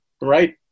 right